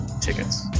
tickets